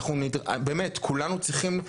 ובאמת כולנו צריכים,